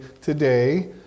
today